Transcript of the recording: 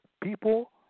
People